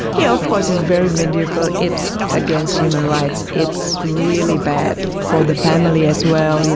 yeah of course it's very mediaeval. it's against human rights, it's really bad for the family as well, yeah